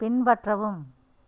பின்பற்றவும்